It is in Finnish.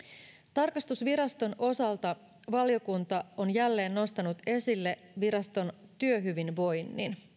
tarkastusviraston osalta valiokunta on jälleen nostanut esille viraston työhyvinvoinnin